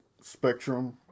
spectrum